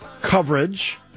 coverage